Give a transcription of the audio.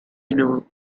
know